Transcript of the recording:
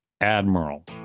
admiral